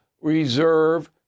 reserve